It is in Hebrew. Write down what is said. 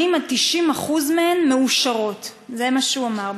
80% 90% מהן מאושרות, זה מה שהוא אמר.